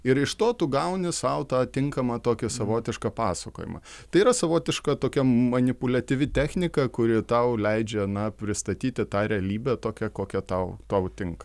ir iš to tu gauni sau tą tinkamą tokį savotišką pasakojimą tai yra savotiška tokia manipuliatyvi technika kuri tau leidžia na pristatyti tą realybę tokią kokia tau tau tinka